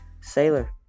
Sailor